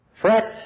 Fret